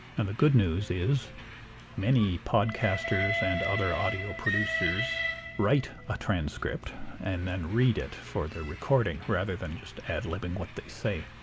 and the good news is many podcasters and other audio producers write a transcript and then read it for their recording rather than just ad-libbing what they say.